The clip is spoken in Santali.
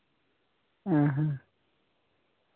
ᱦᱮᱸ ᱦᱮᱸ